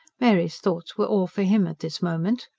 mary's thoughts were all for him in this moment.